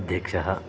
अध्यक्षः